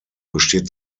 besteht